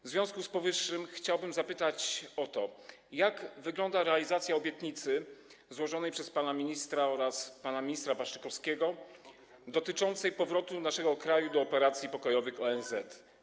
W związku z powyższym chciałbym zapytać: Jak wygląda realizacja obietnicy złożonej przez pana ministra oraz pana ministra Waszczykowskiego, dotyczącej powrotu naszego kraju do operacji pokojowych ONZ?